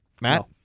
Matt